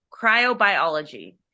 cryobiology